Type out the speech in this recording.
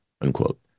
unquote